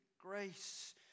grace